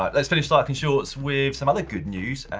ah let's finish cycling shorts with some other good news,